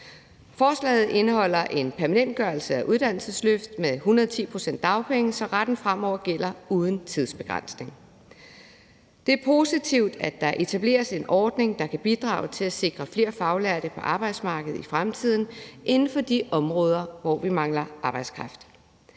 Forslaget indeholder en permanentgørelse af uddannelsesløft med 110 pct. af dagpenge, så retten fremover gælder uden tidsbegrænsning. Det er positivt, at der etableres en ordning, der kan bidrage til at sikre flere faglærte på arbejdsmarkedet i fremtiden inden for de områder, hvor vi mangler arbejdskraft.